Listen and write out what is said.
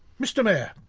mr mayor,